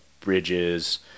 bridges